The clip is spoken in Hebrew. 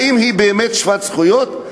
האם היא באמת שוות זכויות?